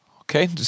Okay